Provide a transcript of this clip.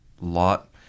lot